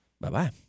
Bye-bye